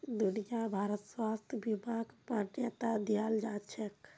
दुनिया भरत स्वास्थ्य बीमाक मान्यता दियाल जाछेक